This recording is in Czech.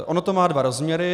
Ono to má dva rozměry.